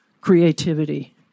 creativity